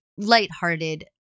lighthearted